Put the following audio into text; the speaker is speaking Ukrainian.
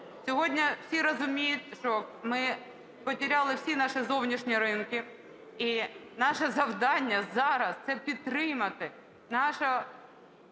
сьогодні всі розуміють, що ми потєряли всі наші зовнішні ринки. І наше завдання зараз - це підтримати нашого